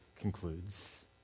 concludes